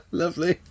lovely